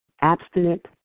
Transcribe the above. abstinent